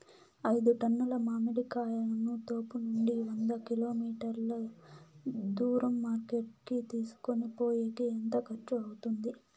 ఐదు టన్నుల మామిడి కాయలను తోపునుండి వంద కిలోమీటర్లు దూరం మార్కెట్ కి తీసుకొనిపోయేకి ఎంత ఖర్చు అవుతుంది?